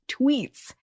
tweets